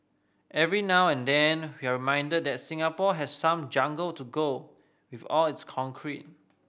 every now and then we're reminded that Singapore has some jungle to go with all its concrete